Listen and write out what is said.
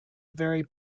very